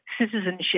citizenship